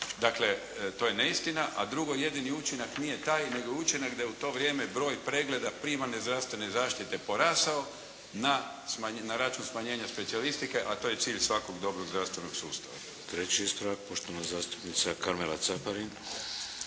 Dakle, to je neistina. A drugo, jedini učinak nije taj nego je učinak da je u to vrijeme broj pregleda primarne zdravstvene zaštite porasao na račun smanjenja specijalistike, a to je cilj svakog dobrog zdravstvenog sustava. **Šeks, Vladimir (HDZ)** Treći ispravak, poštovana zastupnica Karmela Caparin.